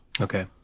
Okay